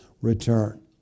return